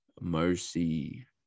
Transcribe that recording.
mercy